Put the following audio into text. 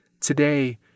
Today